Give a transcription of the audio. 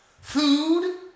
Food